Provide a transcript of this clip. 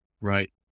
Right